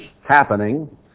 happening